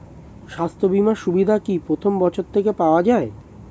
স্বাস্থ্য বীমার সুবিধা কি প্রথম বছর থেকে পাওয়া যায়?